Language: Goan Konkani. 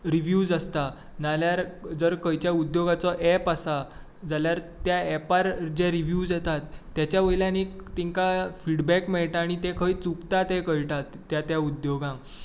रिव्हूज आसता नाजाल्यार खंयचो उद्द्योगाचो एप आसा जाल्यार त्या एपार जे रिव्हूज येता तेच्या वयल्यान एक तिंका फिडबॅक मेळटा आनी ते खंय चुकता तें कळटा त्या त्या उद्द्योगांक